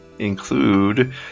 include